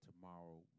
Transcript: tomorrow